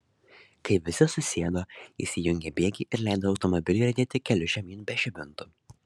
kai visi susėdo jis įjungė bėgį ir leido automobiliui riedėti keliu žemyn be žibintų